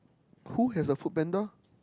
who has a Foodpanda